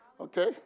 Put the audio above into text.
Okay